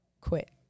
quit